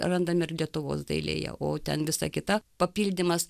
randam ir lietuvos dailėje o ten visa kita papildymas